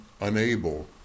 unable